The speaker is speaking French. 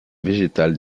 végétal